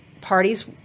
parties